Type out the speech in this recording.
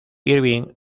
irving